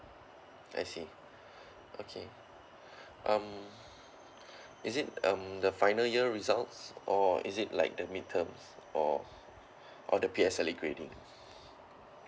I see okay um is it um the final year results or is it like the mid terms or or the P_S_L_E grading